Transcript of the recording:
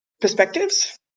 perspectives